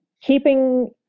keeping